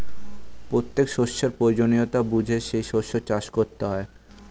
প্রত্যেক শস্যের প্রয়োজনীয়তা বুঝে সেই শস্য চাষ করতে হয়